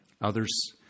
Others